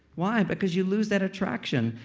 why? because you lose that attraction.